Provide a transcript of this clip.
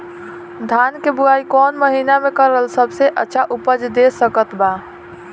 धान के बुआई कौन महीना मे करल सबसे अच्छा उपज दे सकत बा?